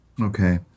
Okay